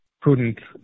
prudent